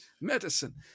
medicine